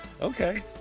Okay